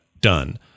done